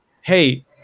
Hey